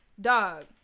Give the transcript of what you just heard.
Dog